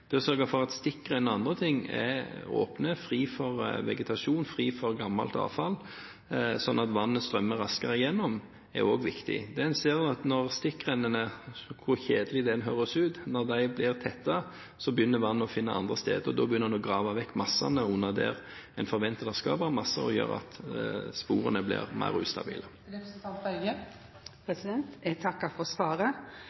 Det å sørge for at stikkrenner og andre ting er åpne, fri for vegetasjon, fri for gammelt avfall, sånn at vannet strømmer raskere gjennom, er også viktig. Det en ser, er at når stikkrennene – hvor kjedelig det enn høres ut – blir tette, så begynner vannet å finne andre steder og begynner å grave vekk massene under der en forventer at det skal være masser, og gjør at sporene blir mer